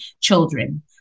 children